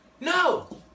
no